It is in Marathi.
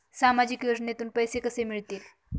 सामाजिक योजनेतून पैसे कसे मिळतील?